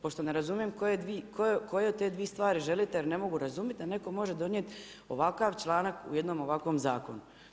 Pošto ne razumijem koje od te dvi stvari želite, jer ne mogu razumit da netko može donijet ovakav članak u jednom ovakvom zakonu.